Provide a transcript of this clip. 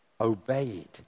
Obeyed